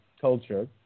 culture